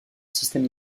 systèmes